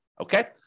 Okay